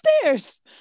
stairs